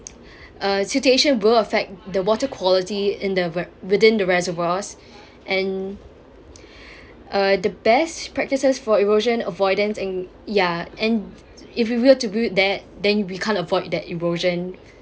uh siltation will affect the water quality in the within the reservoirs and uh the best practices for erosion avoidance and ya and if we were to build that then we can't avoid that erosion